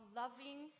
loving